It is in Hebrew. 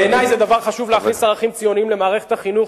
בעיני זה דבר חשוב להכניס ערכים ציוניים למערכת החינוך.